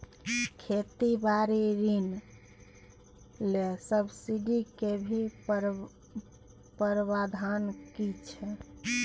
खेती बारी ऋण ले सब्सिडी के भी प्रावधान छै कि?